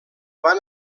van